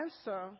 answer